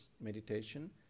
meditation